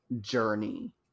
journey